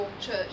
church